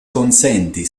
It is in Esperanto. konsenti